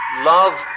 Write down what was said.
love